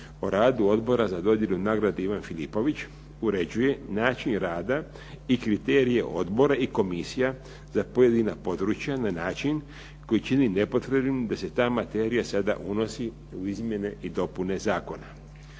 o radu odbora za dodjelu "Nagrade Ivan Filipović" uređuje način rada i kriterije odbora i komisija za pojedina područja na način koji čini nepotrebnim da se ta materija sada unosi u izmjene i dopune zakona.